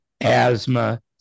asthma